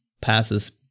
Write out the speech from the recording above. passes